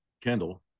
Kendall